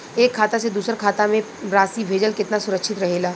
एक खाता से दूसर खाता में राशि भेजल केतना सुरक्षित रहेला?